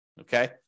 Okay